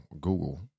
google